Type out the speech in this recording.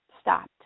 stopped